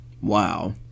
Wow